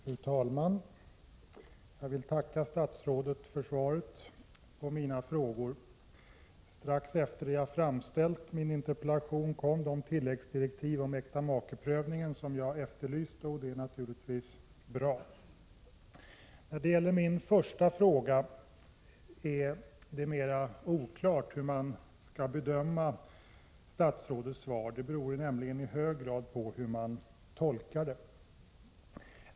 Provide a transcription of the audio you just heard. Fru talman! Jag vill tacka statsrådet för svaret på mina frågor. Strax efter det att jag hade framställt min interpellation kom de tilläggsdirektiv om äktamakeprövningen som jag efterlyst, och det är naturligtvis bra. När det gäller min första fråga är det mer oklart hur man skall bedöma statsrådets svar. Det beror nämligen i hög grad på hur man tolkar det.